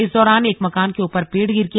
इस दौरान एक मकान के ऊपर पेड़ गिर गया